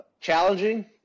challenging